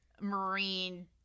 marine